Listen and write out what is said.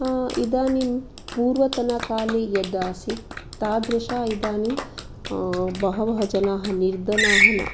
इदानीं पूर्वतनकाले यद् आसीत् तादृशाः इदानीं बहवः जनाः निर्धनाः न